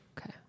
Okay